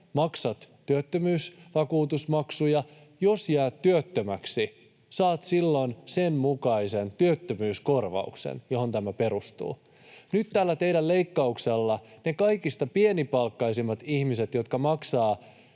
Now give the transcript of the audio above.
maksat työttömyysvakuutusmaksuja, ja jos jäät työttömäksi, saat silloin sen mukaisen työttömyyskorvauksen, johon tämä perustuu. Nyt tällä teidän leikkauksellanne niille kaikista pienipalkkaisimmille ihmisille, jotka maksavat